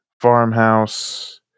farmhouse